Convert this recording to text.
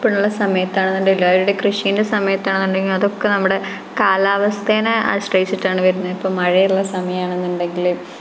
പ്പുള്ള സമയത്താണെങ്കിലുണ്ടല്ലോ അവരുടെ കൃഷിയുടെ സമയത്താണെന്നുണ്ടെങ്കില് അവരുടെ കാലവസ്ഥയെ ആശ്രയിച്ചിട്ടാണ് വരുന്നത് ഇപ്പോള് മഴയുള്ള സമയമാണെന്നുണ്ടെങ്കില്